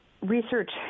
research